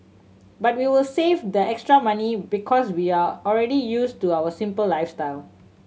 but we will save the extra money because we are already used to our simple lifestyle